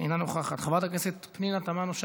אינה נוכחת, חברת הכנסת פנינה תמנו,